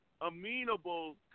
amenable